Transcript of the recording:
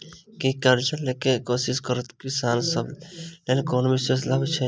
की करजा लेबाक कोशिश करैत किसान सब लेल कोनो विशेष लाभ छै?